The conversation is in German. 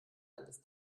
eines